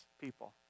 people